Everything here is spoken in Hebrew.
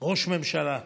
לראש ממשלה.